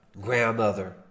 grandmother